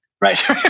Right